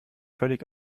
völlig